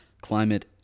climate